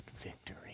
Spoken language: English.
victory